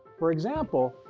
for example,